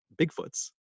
Bigfoots